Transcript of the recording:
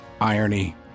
irony